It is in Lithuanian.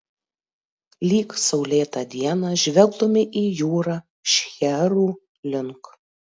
lyg saulėtą dieną žvelgtumei į jūrą šcherų link